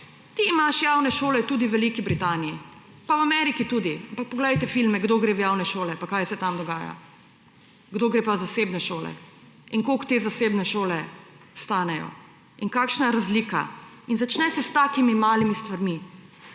Ti imaš javne šole tudi v Veliki Britaniji pa v Ameriki tudi, ampak poglejte filme, kdo gre v javne šole in kaj se tam dogaja, kdo gre pa v zasebne šole in koliko te zasebne šole stanejo in kakšna je razlika. Začne se s takimi malimi stvarmi,